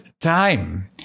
time